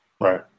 Right